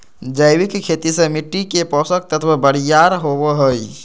जैविक खेती से मिट्टी के पोषक तत्व बरियार होवो हय